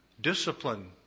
discipline